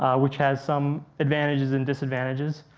which has some advantages and disadvantages.